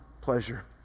pleasure